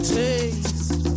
taste